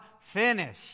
finish